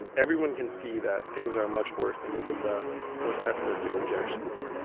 everyone can see that things are much worse than even the most pessimistic projections.